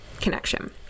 connection